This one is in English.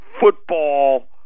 football